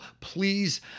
Please